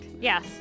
yes